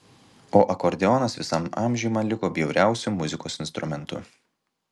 o akordeonas visam amžiui man liko bjauriausiu muzikos instrumentu